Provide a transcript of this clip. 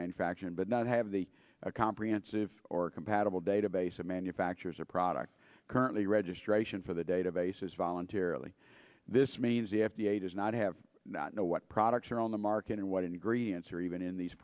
manufacturer but not have the comprehensive or compatible database of manufacturers or products currently registration for the databases voluntarily this means the f d a does not have not know what products are on the market and what ingredients are even in these